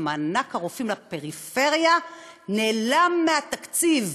שמענק הרופאים לפריפריה נעלם מהתקציב,